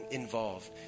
involved